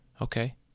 Okay